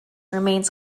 remains